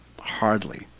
hardly